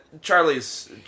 Charlie's